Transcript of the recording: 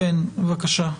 כן, בבקשה.